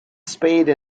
spade